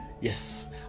Yes